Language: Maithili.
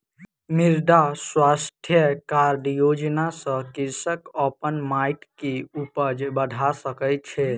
मृदा स्वास्थ्य कार्ड योजना सॅ कृषक अपन माइट के उपज बढ़ा सकै छै